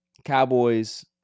Cowboys